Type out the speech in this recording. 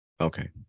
Okay